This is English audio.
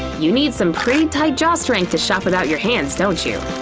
you need some pretty tight jaw strength to shop without your hands, don't you?